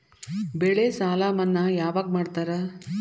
ಬೆಳೆ ಸಾಲ ಮನ್ನಾ ಯಾವಾಗ್ ಮಾಡ್ತಾರಾ?